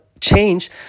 change